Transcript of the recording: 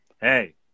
Hey